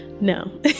No